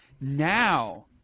Now